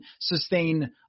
sustain